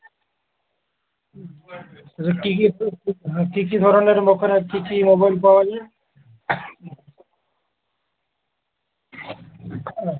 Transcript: কী কী কী কী ধরনের কী কী মোবাইল পাওয়া যায়